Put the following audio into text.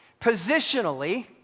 positionally